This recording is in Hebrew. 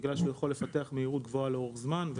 בגלל שהוא יכול לפתח מהירות גבוהה לאורך זמן,